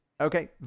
Okay